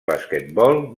basquetbol